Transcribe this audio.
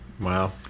Wow